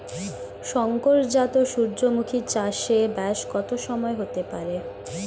শংকর জাত সূর্যমুখী চাসে ব্যাস কত সময় হতে পারে?